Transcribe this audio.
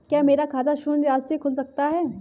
क्या मेरा खाता शून्य राशि से खुल सकता है?